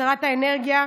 שרת האנרגיה,